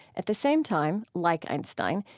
at the same time, like einstein,